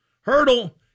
Hurdle